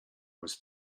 was